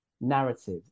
narrative